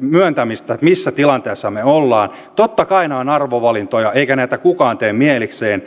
myöntämistä missä tilanteessa me olemme totta kai nämä ovat arvovalintoja eikä näitä leikkauksia kukaan tee mielikseen